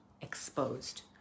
exposed